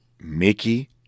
Mickey